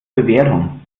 bewährung